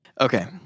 Okay